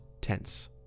tense